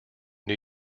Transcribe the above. new